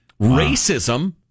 Racism